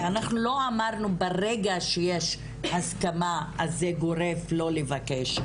כי אנחנו לא אמרנו שברגע שיש הסכמה אז זה גורף לא לבקש,